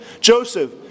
Joseph